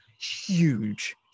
huge